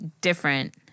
different